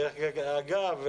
אגב,